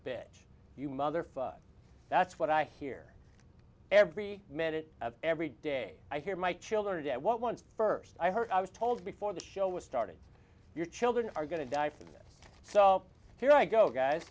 bitch you motherfucker that's what i hear every minute of every day i hear my children get one first i heard i was told before the show was started your children are going to die from it so here i go guys